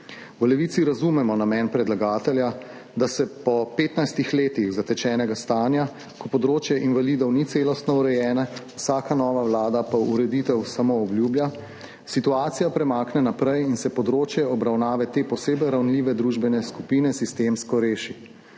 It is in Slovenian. V Levici razumemo namen predlagatelja, da se po 15 letih zatečenega stanja, ko področje invalidov ni celostno urejeno, vsaka nova vlada pa ureditev samo obljublja, situacija premakne naprej in se področje obravnave te posebej ranljive družbene skupine sistemsko reši,